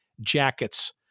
Jackets